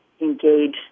engage